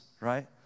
right